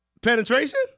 Penetration